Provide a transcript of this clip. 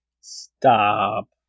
Stop